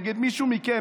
נגד מישהו מכם,